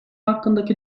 hakkındaki